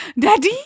Daddy